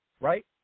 right